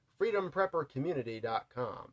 Freedompreppercommunity.com